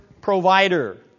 provider